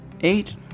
Eight